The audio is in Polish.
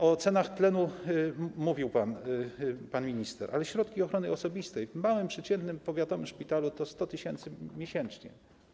O cenach tlenu mówił pan minister, ale środki ochrony osobistej w przeciętnym, małym, powiatowym szpitalu to 100 tys. miesięcznie.